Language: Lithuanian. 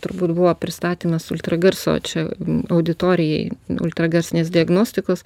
turbūt buvo pristatymas ultragarso čia auditorijai ultragarsinės diagnostikos